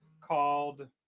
called